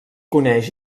coneix